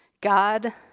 God